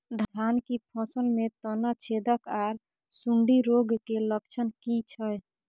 धान की फसल में तना छेदक आर सुंडी रोग के लक्षण की छै?